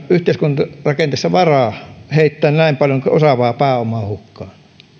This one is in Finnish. yhteiskuntarakenteella varaa heittää näin paljon osaavaa pääomaa hukkaan